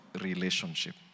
relationship